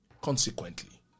consequently